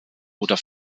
oder